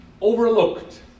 overlooked